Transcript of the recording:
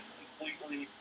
completely